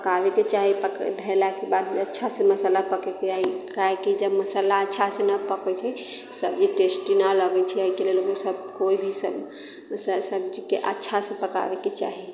पकाबैके चाही पक धयलाके बादमे अच्छा से मसाला पकेके काहेकि जब मसाला अच्छा से नहि पकैत छै सब्जी टेस्टी नहि लगैत छै एहि के लेल ओ सभ केओ भी सभ सब्जीके अच्छा से पकाबैके चाही